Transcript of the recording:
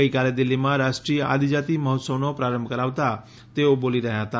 ગઈકાલે દિલ્ફીમાં રાષ્ટ્રીય આદિજાતિ મહોત્સવનો પ્રારંભ કરાવતા તેઓ બોલી રહ્યા હતા